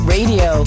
Radio